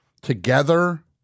together